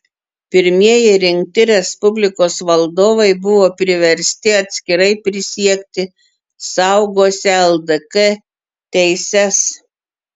pirmieji rinkti respublikos valdovai buvo priversti atskirai prisiekti saugosią ldk teises